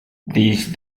these